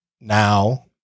now